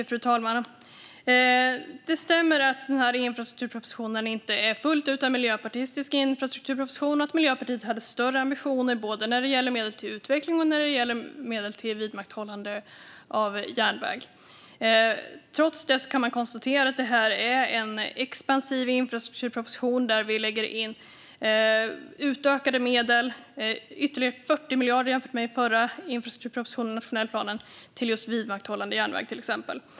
Fru talman! Det stämmer att infrastrukturpropositionen inte fullt ut är en miljöpartistisk infrastrukturproposition. Miljöpartiet hade högre ambitioner både när det gäller medel till utveckling och när det gäller medel till vidmakthållande av järnväg. Trots det kan man konstatera att detta är en expansiv infrastrukturproposition, där vi till exempel lägger in utökade medel med ytterligare 40 miljarder jämfört med i den förra infrastrukturpropositionen och nationella planen till just vidmakthållande av järnväg.